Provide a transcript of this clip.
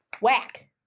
Whack